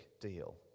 deal